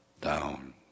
down